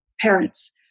parents